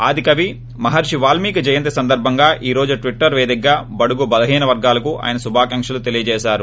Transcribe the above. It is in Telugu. ఆదికవి మహర్షి వాల్మీకి జయంతి సందర్భంగా ఈ రోజు ట్విట్లర్ వేదికగా బడుగు బలహీనవర్గాలకు ఆయన శుభాకాంక్షలు తెలియజేశారు